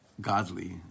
godly